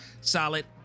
solid